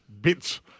bits